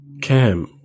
Cam